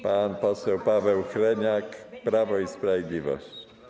Pan poseł Paweł Hreniak, Prawo i Sprawiedliwość.